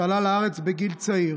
שעלה לארץ בגיל צעיר.